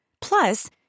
Plus